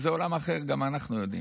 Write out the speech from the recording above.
זה עולם אחר, גם אנחנו יודעים,